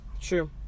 True